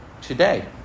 today